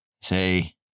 say